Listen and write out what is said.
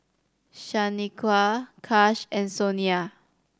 Shanequa Kash and Sonya